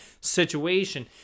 situation